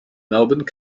melbourne